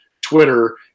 Twitter